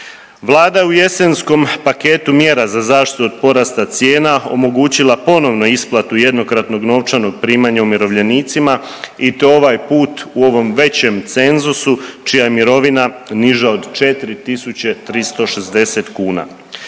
Vlada je u jesenskom paketu mjera za zaštitu od porasta cijena omogućila ponovno isplatu jednokratnog novčanog primanja umirovljenicima i to ovaj put u ovom većem cenzusu čija je mirovina niža od 4.360,00 kuna.